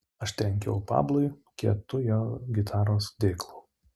aš trenkiau pablui kietu jo gitaros dėklu